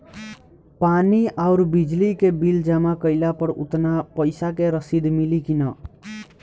पानी आउरबिजली के बिल जमा कईला पर उतना पईसा के रसिद मिली की न?